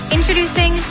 Introducing